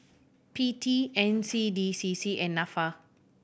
P T N C D C C and Nafa